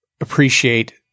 appreciate